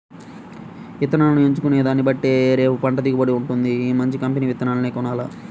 ఇత్తనాలను ఎంచుకునే దాన్నిబట్టే రేపు పంట దిగుబడి వుంటది, మంచి కంపెనీ విత్తనాలనే కొనాల